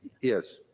Yes